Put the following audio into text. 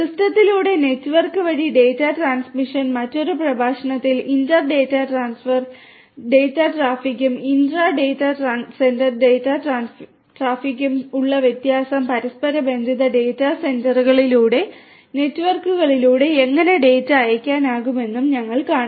സിസ്റ്റത്തിലൂടെ network വഴി data transmission മറ്റൊരു പ്രഭാഷണത്തിൽ ഇന്റർ ഡാറ്റാസെന്റർ ഡാറ്റാ ട്രാഫിക്കും ഉള്ള വ്യത്യസ്ത പരസ്പരബന്ധിത ഡാറ്റാ സെന്ററുകളിലൂടെ നെറ്റ്വർക്കിലൂടെ എങ്ങനെ ഡാറ്റ അയയ്ക്കാനാകുമെന്ന് ഞങ്ങൾ കാണും